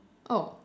oh